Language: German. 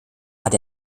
hat